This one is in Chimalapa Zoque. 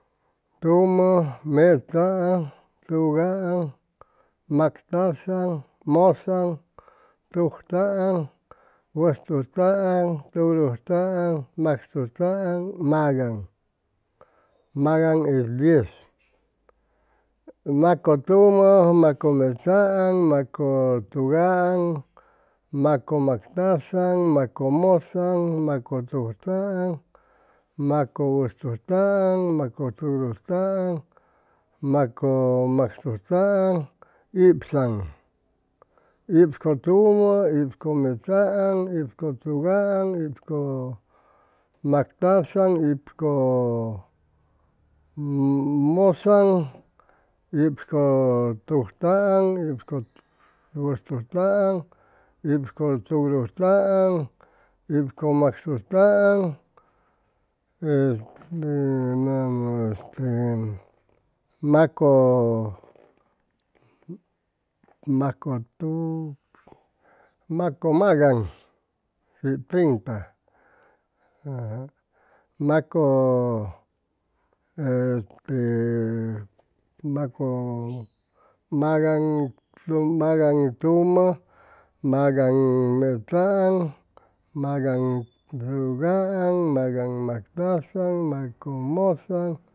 Tumʉ, mechaaŋ, tugaŋ, mactazaŋ, mʉzaŋ, tujtaaŋ, wʉjtujtaaŋ, tugurujtaaŋ, maxtujtaaŋ, magaŋ, magaŋ es diez, macʉtumʉ, macʉmechaaŋ, macʉtugaaŋ, macʉmactazaŋ, macʉmʉzaŋ, macʉ tujtaaŋ, macʉwʉjtujtaaŋ, macʉtugurujtaaŋ, macʉmaxtujtaaŋ, ibzaŋ, ibzcʉtumʉ, ibzcʉmechaaŋ, ibzcʉtugaaŋ, ibzcʉmactazaŋ, ibzcʉmʉzaŋ, ibzcʉtujtaaŋ, ibzcʉwʉjtujtaaŋ, ibzcʉtugurujtaaŋ, ibzcʉmaxtujtaaŋ, este nama macʉ magaŋ treinta macʉ este macʉmagaŋtumʉ, magaŋmechaaŋ magaŋ tugaŋ, magaŋ mactazaŋ, macʉ mʉzaŋ